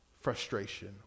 frustration